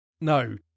No